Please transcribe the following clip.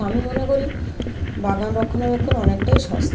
আমি মনে করি বাগান রক্ষণাবেক্ষণ অনেকটাই সস্তা